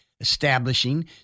establishing